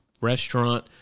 restaurant